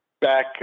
back